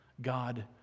God